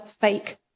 fake